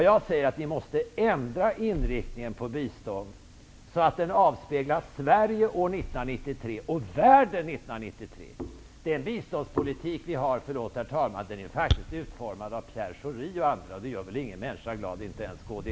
Jag säger att ni måste ändra inriktningen på biståndet så att det avspeglar Sverige och världen år 1993. Den biståndspolitik vi har, förlåt herr talman, är faktiskt utformad av Pierre Schori, och det gör väl ingen människa glad -- inte ens kds.